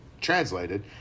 translated